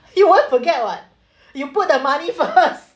you won't forget [what] you put the money first